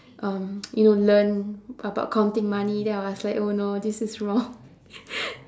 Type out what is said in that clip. um you know learn about counting money then I was like oh no this is wrong